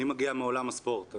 אני מגיע מעולם הספורט.